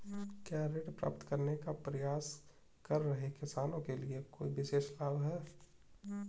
क्या ऋण प्राप्त करने का प्रयास कर रहे किसानों के लिए कोई विशेष लाभ हैं?